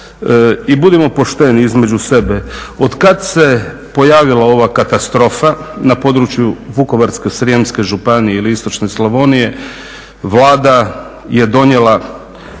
budimo pošteni između sebe, otkad se pojavila ova katastrofa na području Vukovarsko-srijemske županije ili istočne Slavonije Vlada je donijela,